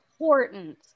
important